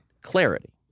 clarity